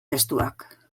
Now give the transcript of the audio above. testuak